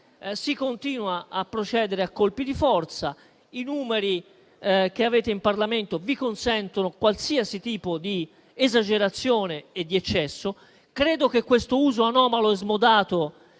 Si continua a procedere a colpi di forza. I numeri che avete in Parlamento vi consentono qualsiasi tipo di esagerazione e di eccesso. Credo che l'uso anomalo e smodato